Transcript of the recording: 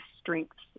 strengths